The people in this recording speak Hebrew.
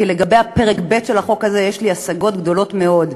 כי לגבי פרק ב' של החוק הזה יש לי השגות גדולות מאוד.